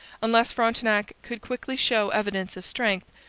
unless frontenac could quickly show evidence of strength,